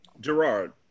Gerard